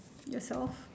yourself